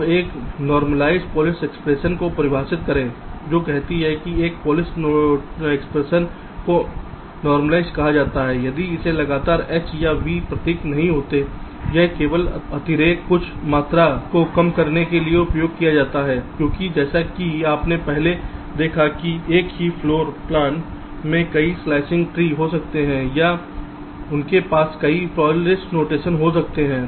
अब एक normalized Polish expression को परिभाषित करें जो कहती है कि एक पॉलिश एक्सप्रेशन को नोर्मालिज़ेड कहा जाता है यदि इसमें लगातार H या V प्रतीक नहीं होते हैं यह केवल अतिरेक की कुछ मात्रा को कम करने के लिए उपयोग किया जाता है क्योंकि जैसा कि आपने पहले देखा है कि एक ही फ्लोर प्लान में कई स्लाइसिंग ट्री हो सकते हैं या उनके पास कई पॉलिश नोटेशन हो सकते हैं